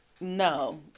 No